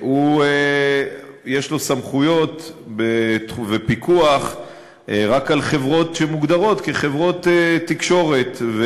יש לו סמכויות ופיקוח רק על חברות שמוגדרות כחברות תקשורת?